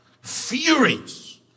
Furious